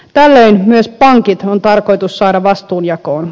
tällöin myös pankit on tarkoitus saada vastuunjakoon